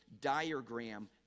diagram